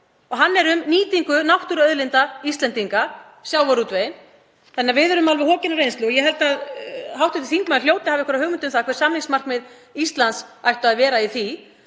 og hann er um nýtingu náttúruauðlinda Íslendinga, sjávarútveginn, þannig að við erum alveg hokin af reynslu. Ég held að hv. þingmaður hljóti að hafa einhverjar hugmyndir um það hver samningsmarkmið Íslands ættu að vera í því